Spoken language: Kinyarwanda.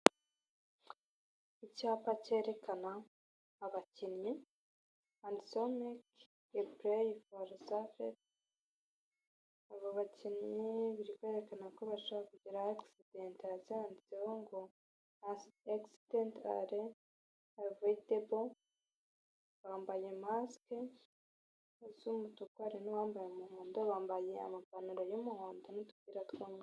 Icyapa cyerekana abakinnyi handitseho make a play for safety, abo bakinnyi biri kwerekana ko bashobora kugira accident hasi handitseho ngo accidents are avoidable, bambaye mask z'umutuku hari n'uwambaye umuhondo, bambaye amapantaro y'umuhondo n'udupira tw'umyeru.